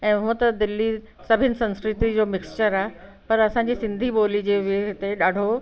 ऐं हूअं त दिल्ली सभिनि संस्कृति जो मिक्सर आहे पर असांजी सिंधी ॿोली जे बि हिते ॾाढो